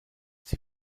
sie